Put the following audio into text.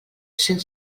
cent